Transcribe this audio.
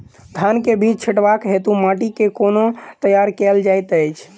धान केँ बीज छिटबाक हेतु माटि केँ कोना तैयार कएल जाइत अछि?